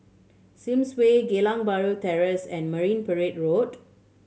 Sims Way Geylang Bahru Terrace and Marine Parade Road